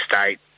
state